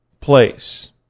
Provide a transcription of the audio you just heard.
place